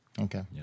Okay